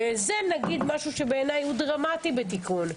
בעיניי, זה משהו שהוא דרמטי בתיקון.